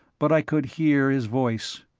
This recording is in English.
but i could hear his voice.